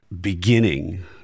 beginning